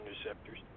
interceptors